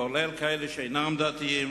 לרבות כאלה שאינם דתיים,